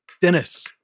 Dennis